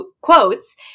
quotes